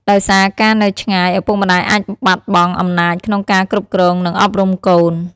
ដោយសារការនៅឆ្ងាយ ឪពុកម្ដាយអាចបាត់បង់អំណាចក្នុងការគ្រប់គ្រង និងអប់រំកូន។